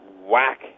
whack